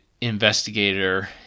investigator